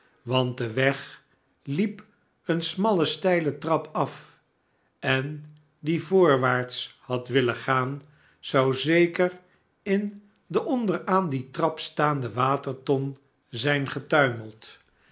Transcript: want de weg liep eene smalle steile trap af en die voorwaarts had willen gaan zou zeker in de onder aan die trap staande waterton zijn getuimeld